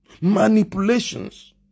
manipulations